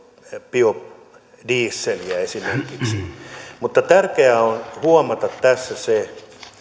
biodieseliä mutta tärkeää on huomata tässä se